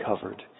covered